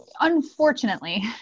unfortunately